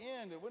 end